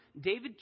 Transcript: David